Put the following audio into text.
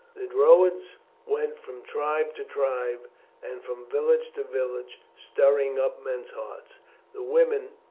the druids went from tribe to tribe and from village to village stirring up men's hearts the women,